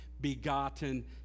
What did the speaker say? begotten